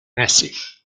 massif